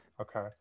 Okay